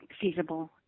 feasible